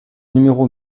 numéro